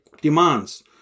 demands